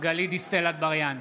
גלית דיסטל אטבריאן,